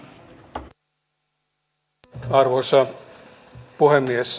arvoisa puhemies